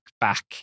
back